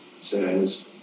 says